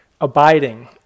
abiding